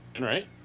right